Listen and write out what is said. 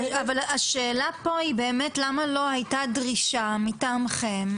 אבל השאלה פה היא באמת למה לא הייתה דרישה מטעמכם,